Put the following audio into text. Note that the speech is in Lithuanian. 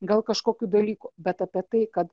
gal kažkokių dalykų bet apie tai kad